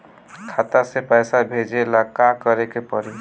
खाता से पैसा भेजे ला का करे के पड़ी?